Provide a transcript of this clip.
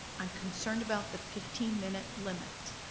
i'm concerned about the fifteen minute limit.